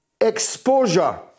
exposure